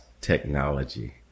technology